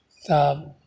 तब